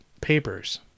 papers